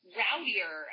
rowdier